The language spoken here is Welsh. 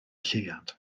lleuad